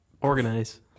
Organize